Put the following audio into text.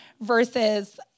versus